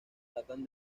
datan